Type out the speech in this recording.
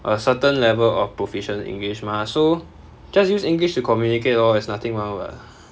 a certain level of proficient english mah so just use english to communicate lor it's nothing [one] [what]